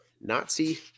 Nazi